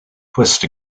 twist